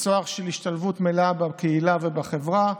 לצוהר של השתלבות מלאה בקהילה ובחברה.